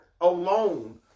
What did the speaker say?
alone